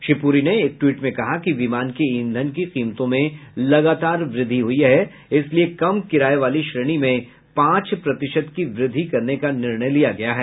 श्री पुरी ने एक ट्वीट में कहा कि विमान के ईंधन की कीमतों में लगातार वृद्धि हुई है इसलिए कम किराए वाली श्रेणी में पांच प्रतिशत की वृद्धि करने का निर्णय लिया गया है